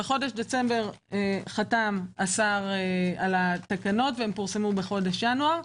בדצמבר חתם השר על התקנות ופורסמו בינואר.